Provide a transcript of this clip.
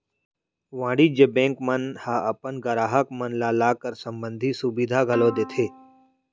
वाणिज्य बेंक मन ह अपन गराहक मन ल लॉकर संबंधी सुभीता घलौ देथे